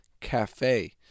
Cafe